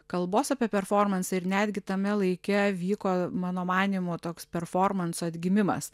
kalbos apie performansą ir netgi tame laike vyko mano manymu toks performanso atgimimas